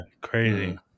Crazy